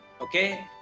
Okay